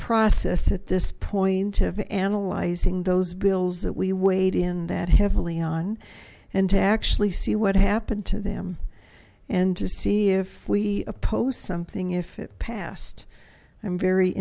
process at this point of analyzing those bills that we weighed in that heavily on and to actually see what happened to them and to see if we oppose something if it passed i'm very